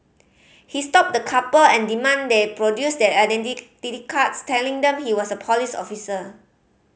he stopped the couple and demanded they produce their cards telling them he was a police officer